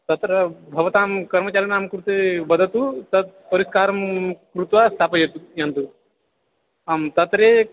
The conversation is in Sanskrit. तत्र भवतां कर्मचारिणां कृते वदतु तत् परिष्कारं कृत्वा स्थापयतु किन्तु आं तत्र